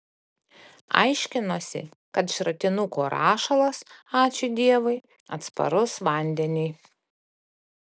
aiškinosi kad šratinuko rašalas ačiū dievui atsparus vandeniui